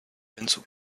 pencil